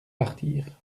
partir